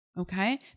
Okay